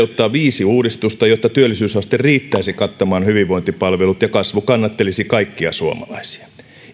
toteuttaa viisi uudistusta jotta työllisyysaste riittäisi kattamaan hyvinvointipalvelut ja kasvu kannattelisi kaikkia suomalaisia